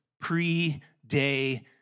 pre-day